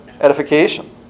edification